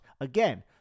Again